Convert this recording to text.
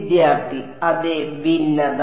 വിദ്യാർത്ഥി അതെ ഭിന്നത